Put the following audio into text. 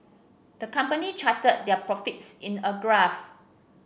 the company charted their profits in a graph